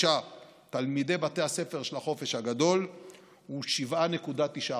תלמידי בתי הספר של החופש הגדול הוא 7.9%,